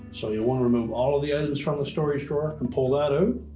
so you'll want to remove all of the items from the storage drawer and pull that out.